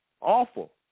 Awful